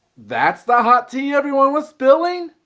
that's the hot tea everyone was spilling?